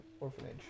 orphanage